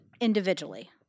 individually